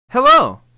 Hello